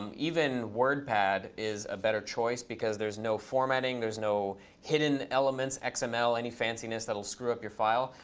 um even wordpad is a better choice, because there's no formatting, there's no hidden elements and xml, any fanciness that will screw up your file.